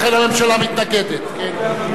לכן, הממשלה מתנגדת, כן?